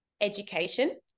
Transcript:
education